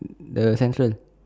the centrum